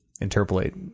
Interpolate